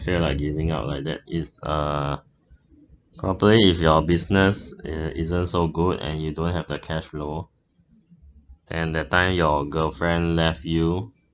feel like giving up like that it's uh company is your business and isn't so good and you don't have the cash flow and that time your girlfriend left you